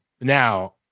Now